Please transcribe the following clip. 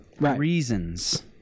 reasons